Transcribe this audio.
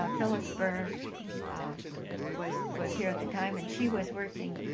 ah phyliss burr um was was here at the time and she was working